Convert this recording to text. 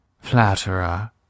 Flatterer